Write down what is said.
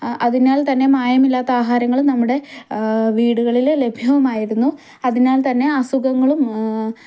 അതിനാൽ തന്നെ മായമില്ലാത്ത ആഹാരങ്ങളും നമ്മുടെ വീടുകളിൽ ലഭ്യവുമായിരുന്നു അതിനാൽ തന്നെ അസുഖങ്ങളും